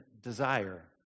desire